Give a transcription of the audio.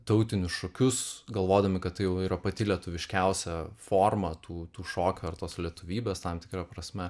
tautinius šokius galvodami kad tai jau yra pati lietuviškiausia forma tų tų šokių ar tos lietuvybės tam tikra prasme